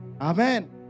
Amen